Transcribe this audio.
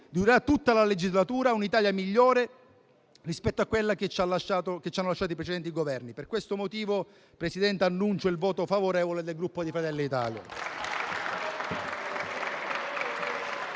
durerà tutta la legislatura, un'Italia migliore rispetto a quella che ci hanno lasciato i precedenti Governi. Per questo motivo, signor Presidente, annuncio il voto favorevole del Gruppo Fratelli d'Italia.